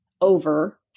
over